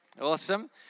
awesome